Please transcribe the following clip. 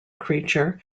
creature